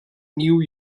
new